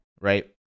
right